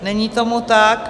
Není tomu tak.